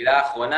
מילה אחרונה.